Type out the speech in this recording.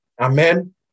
Amen